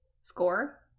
score